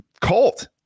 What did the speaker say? cult